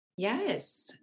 Yes